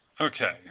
Okay